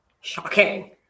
Shocking